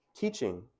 teaching